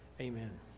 Amen